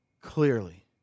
clearly